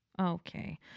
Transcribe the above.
Okay